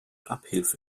abhilfe